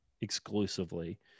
exclusively